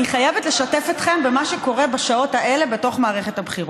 אני חייבת לשתף אתכם במה שקורה בשעות האלה בתוך מערכת הבחירות.